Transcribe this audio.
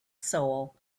soul